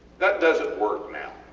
that doesnt work now,